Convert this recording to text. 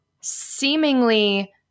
seemingly